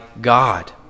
God